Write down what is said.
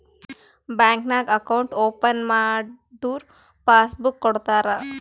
bank ನಾಗ್ account open ಮಾಡುರ್ passbook ಕೊಡ್ತಾರ